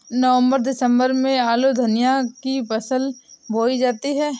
नवम्बर दिसम्बर में आलू धनिया की फसल बोई जाती है?